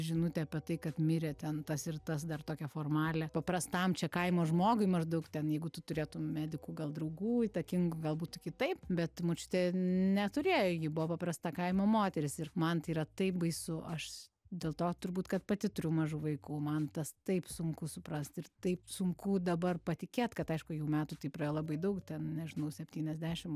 žinutę apie tai kad mirė ten tas ir tas dar tokią formalią paprastam čia kaimo žmogui maždaug ten jeigu tu turėtum medikų gal draugų įtakingų gal būtų kitaip bet močiutė neturėjo ji buvo paprasta kaimo moteris ir man tai yra taip baisu aš dėl to turbūt kad pati turiu mažų vaikų man tas taip sunku suprasti ir taip sunku dabar patikėt kad aišku jau metų tai praėjo labai daug ten nežinau septyniasdešim